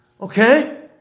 Okay